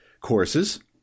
courses